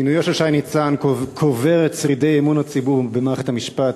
מינויו של שי ניצן קובר את שרידי אמון הציבור במערכת המשפט,